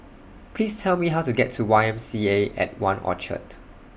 Please Tell Me How to get to Y M C A At one Orchard